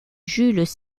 jules